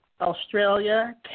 Australia